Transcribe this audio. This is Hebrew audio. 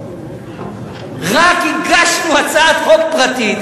רק הגשנו הצעת חוק פרטית,